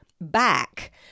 back